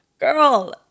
Girl